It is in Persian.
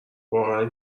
واقعا